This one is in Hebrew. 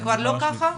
זה כבר לא ככה?